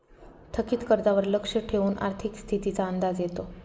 थकीत कर्जावर लक्ष ठेवून आर्थिक स्थितीचा अंदाज येतो